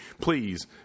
please